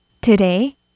Today